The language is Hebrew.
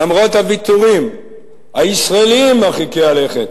למרות הוויתורים הישראליים מרחיקי הלכת,